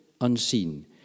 unseen